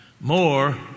more